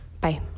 Bye